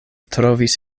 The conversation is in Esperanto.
trovis